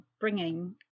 bringing